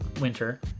winter